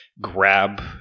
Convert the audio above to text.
grab